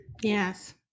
Yes